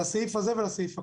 לסעיף הזה ולסעיף הקודם.